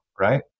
Right